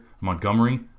Montgomery